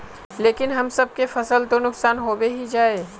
लेकिन हम सब के फ़सल तो नुकसान होबे ही जाय?